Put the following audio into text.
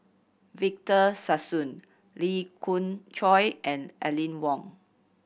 Victor Sassoon Lee Khoon Choy and Aline Wong